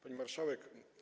Pani Marszałek!